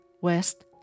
west